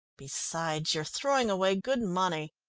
besides, you are throwing away good money?